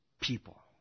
people